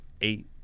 eight